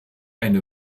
eine